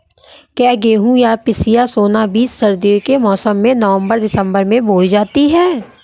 क्या गेहूँ या पिसिया सोना बीज सर्दियों के मौसम में नवम्बर दिसम्बर में बोई जाती है?